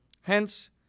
hence